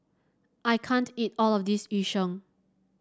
I can't eat all of this Yu Sheng